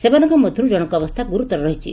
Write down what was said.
ସେମାନଙ୍କ ମଧ୍ଧରୁ ଜଶଙ୍କ ଅବସ୍ରା ଗୁରୁତର ରହିଛି